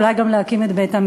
אולי גם להקים את בית-המקדש.